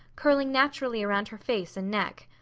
curling naturally around her face and neck.